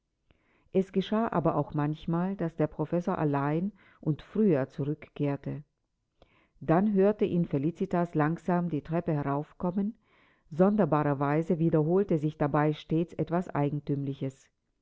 es geschah aber auch manchmal daß der professor allein und früher zurückkehrte dann hörte ihn felicitas langsam die treppe heraufkommen sonderbarerweise wiederholte sich dabei stets etwas eigentümliches